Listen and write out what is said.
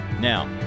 Now